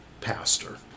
pastor